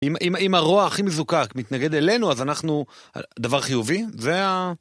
אם הרוע הכי מזוקק מתנגד אלינו, אז אנחנו, דבר חיובי, זה ה...